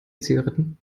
zigaretten